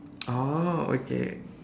oh okay